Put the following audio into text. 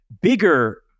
bigger